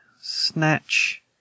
Snatch